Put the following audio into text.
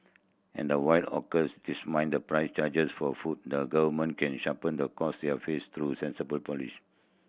and while hawkers the price charged for food the Government can the cost they are face through sensible police